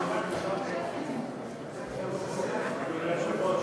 איסור מניעה מצרכן להביא למקום עסק מזון או שתייה